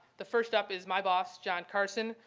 the first up is my boss, jon carson.